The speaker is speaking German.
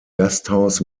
gasthaus